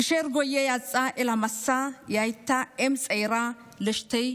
כשארגויה יצאה אל המסע היא הייתה אם צעירה לשתי בנות: